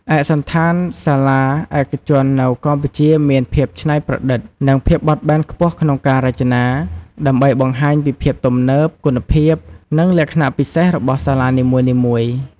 ឯកសណ្ឋានសាលាឯកជននៅកម្ពុជាមានភាពច្នៃប្រឌិត និងភាពបត់បែនខ្ពស់ក្នុងការរចនា ដើម្បីបង្ហាញពីភាពទំនើប គុណភាព និងលក្ខណៈពិសេសរបស់សាលានីមួយៗ ។